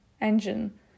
engine